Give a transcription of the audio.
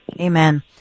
Amen